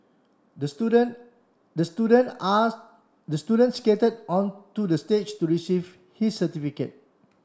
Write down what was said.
the student the student are the student skated on to the stage to receive his certificate